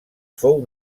fou